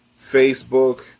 Facebook